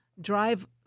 drive